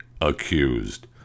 accused